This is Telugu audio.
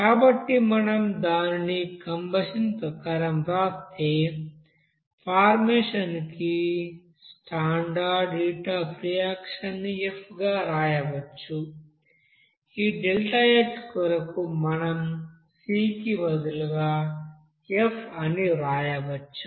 కాబట్టి మనం దానిని కంబషన్ ప్రకారం వ్రాస్తే ఫార్మేషన్ కి స్టాండర్డ్ హీట్ అఫ్ రియాక్షన్ ని f గా వ్రాయవచ్చు ఈ ΔH కొరకు మనం c కి బదులుగా f అని వ్రాయవచ్చు